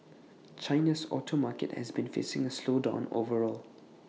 China's auto market has been facing A slowdown overall